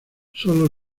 sólo